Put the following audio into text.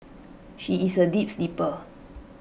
she is A deep sleeper